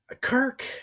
Kirk